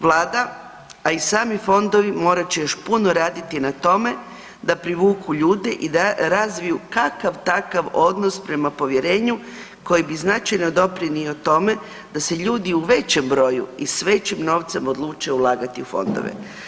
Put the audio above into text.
Vlada, a i sami fondovi morat će još puno raditi na tome da privuku ljude i da razviju kakav takav odnos prema povjerenju koji bi značajno doprinio tome da se ljudi u većem broju i s većim novcem odluče ulagati u fondove.